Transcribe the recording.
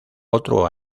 otro